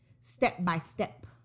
step-by-step